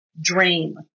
dream